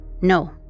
No